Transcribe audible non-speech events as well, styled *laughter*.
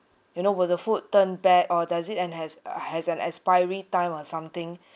you know will the food turn bad or does it and has has an expiry time or something *breath*